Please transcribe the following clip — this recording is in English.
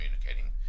communicating